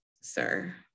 sir